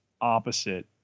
opposite